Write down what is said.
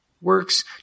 works